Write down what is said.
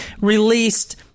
released